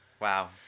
Wow